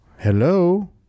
Hello